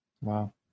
Wow